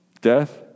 Death